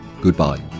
goodbye